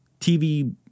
TV